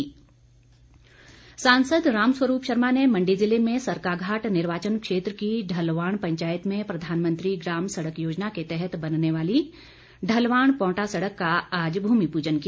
राम स्वरूप सांसद राम स्वरूप शर्मा ने मंडी जिले में सरकाघाट निर्वाचन क्षेत्र की ढलवाण पंचायत में प्रधानमंत्री ग्राम सड़क योजना के तहत बनने वाली ढलवाण पौंटा सड़क का आज भूमि पूजन किया